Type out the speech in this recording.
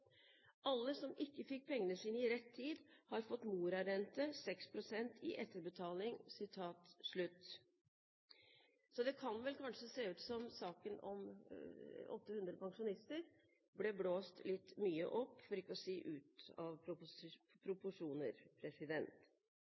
Alle som ikke fikk pengene sine i rett tid, har fått morarente, 6 pst., i etterbetaling.» Det kan vel kanskje se ut som om saken om 800 pensjonister ble blåst litt mye opp, for ikke å si ut av proporsjoner.